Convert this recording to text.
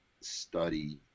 study